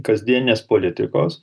kasdienės politikos